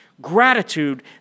gratitude